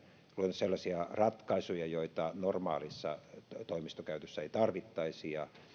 sellaisia ratkaisuja joita normaalissa toimistokäytössä ei tarvittaisi ja